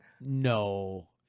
No